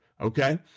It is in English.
Okay